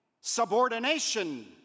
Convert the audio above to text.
subordination